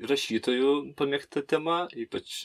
rašytojų pamėgta tema ypač